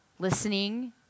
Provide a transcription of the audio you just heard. listening